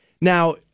Now